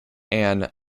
and